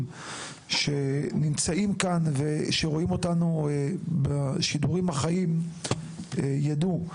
שנמצאים כאן ורואים אותנו בשידורים החיים ידעו,